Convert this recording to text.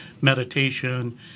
meditation